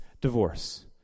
divorce